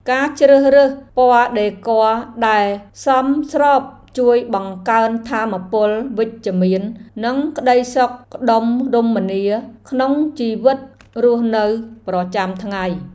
ការជ្រើសរើសពណ៌ដេគ័រដែលសមស្របជួយបង្កើនថាមពលវិជ្ជមាននិងក្តីសុខដុមរមនាក្នុងជីវិតរស់នៅប្រចាំថ្ងៃ។